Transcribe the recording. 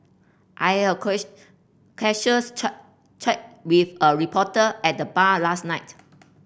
I have a casuals chat chat with a reporter at the bar last night